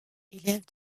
élève